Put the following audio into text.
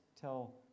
tell